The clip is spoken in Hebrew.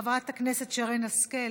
חברת הכנסת שרן השכל,